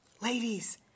Ladies